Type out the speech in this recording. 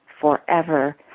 forever